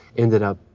ended up,